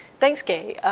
thanks gay.